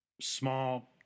small